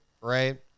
right